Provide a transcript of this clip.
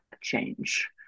change